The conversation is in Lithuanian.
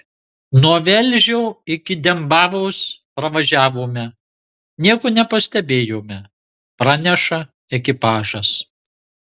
nuo velžio iki dembavos pravažiavome nieko nepastebėjome praneša ekipažas